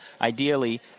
ideally